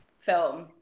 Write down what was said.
film